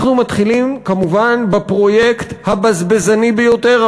אנחנו מתחילים כמובן בפרויקט הבזבזני ביותר,